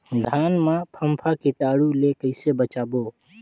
धान मां फम्फा कीटाणु ले कइसे बचाबो?